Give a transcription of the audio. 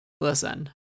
listen